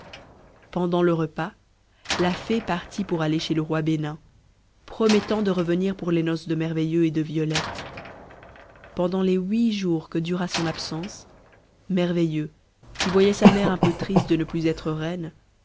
pendant le repas la fée partit pour aller chez le roi bénin promettant de revenir pour les noces de merveilleux et de violette pendant les huit jours que dura son absence merveilleux qui voyait sa mère un peu triste de ne plus être reine